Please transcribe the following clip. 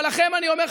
אבל לכם אני אומר,